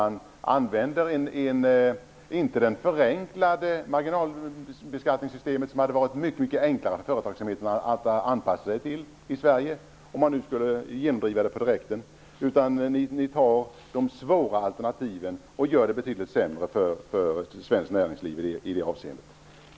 Ni använder inte det förenklade marginalbeskattningssystemet, som hade varit mycket enklare att anpassa sig till för företagsamheten i Sverige, om man nu skulle genomdriva det direkt. Ni tar de svåra alternativen och gör det betydligt sämre för svenskt näringsliv i det avseendet.